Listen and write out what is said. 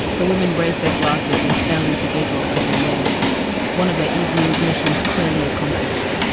the women raised their glasses and fell into giggles as they waved one of the evening's missions clearly accomplished.